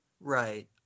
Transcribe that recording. Right